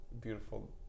beautiful